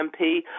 MP